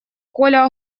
коля